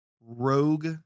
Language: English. rogue